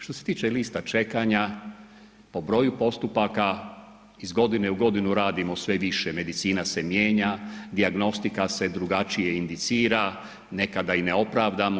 Što se tiče lista čekanja, po broju postupaka iz godine u godinu radimo sve više, medicina se mijenja, dijagnostika se drugačije indicira, nekada i ne opravdano.